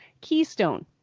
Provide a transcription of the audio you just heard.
Keystone